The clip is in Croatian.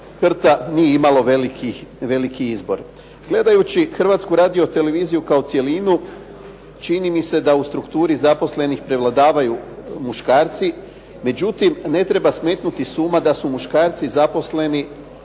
HRT-a nije imalo veliki izbor. Gledajući Hrvatsku radio-televiziju kao cjelinu čini mi se da u strukturi zaposlenih prevladavaju muškarci. Međutim, ne treba smetnuti s uma da su muškarci zaposleni